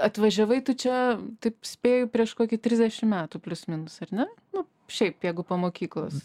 atvažiavai tu čia taip spėju prieš kokį trisdešimt metų plius minus ar ne nu šiaip jeigu po mokyklos